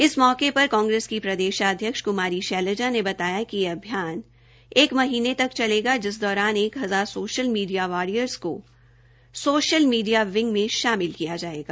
इस मौके पर कांग्रेस की प्रदेशाध्यक्ष कुमारी शैलजा ने बताया कि यह अभियान एक महीने तक चलेगा जिस दौरान एक हजार सोशल मीडिया वार्रियरर्स को सोशल मीडियो विंग में शामिल किया जायेगा